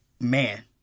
man